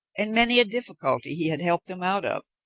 and many a difficulty he had helped them out of,